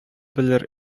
белер